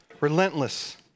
relentless